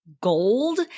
gold